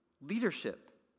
leadership